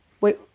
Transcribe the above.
wait